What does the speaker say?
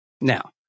now